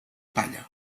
palla